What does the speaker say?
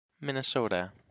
Minnesota